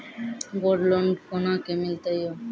Gold loan कोना के मिलते यो?